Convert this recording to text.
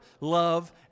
love